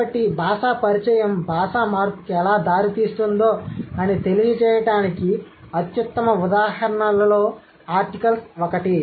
కాబట్టి భాషా పరిచయం భాషా మార్పుకు ఎలా దారితీస్తుందో అని తెలియజేయటానికి అత్యుత్తమ ఉదాహరణాలలో ఆర్టికల్స్ ఒకటి